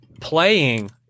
Playing